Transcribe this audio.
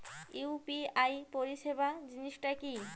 UPI পরিসেবা জিনিসটা কি?